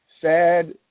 Sad